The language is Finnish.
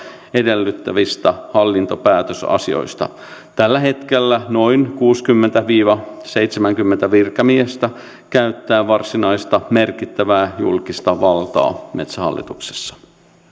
edellyttävistä hallintopäätös asioista tällä hetkellä noin kuusikymmentä viiva seitsemänkymmentä virkamiestä käyttää varsinaista merkittävää julkista valtaa metsähallituksessa